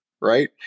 right